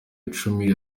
icumi